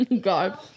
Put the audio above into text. God